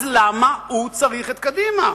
אז למה הוא צריך את קדימה?